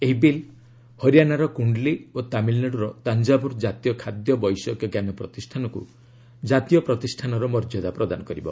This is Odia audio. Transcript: ଏହି ବିଲ୍ ହରିଆଣାର କୁଣ୍ଡଲି ଓ ତାମିଲନାଡୁର ତାଞ୍ଜାବୁର ଜାତୀୟ ଖାଦ୍ୟ ବୈଷୟିକଜ୍ଞାନ ପ୍ରତିଷାନକ୍ର ଜାତୀୟ ପ୍ରତିଷ୍ଠାନର ମର୍ଯ୍ୟଦା ପ୍ରଦାନ କରିବ